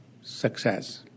success